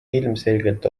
ilmselgelt